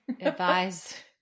Advise